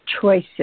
choices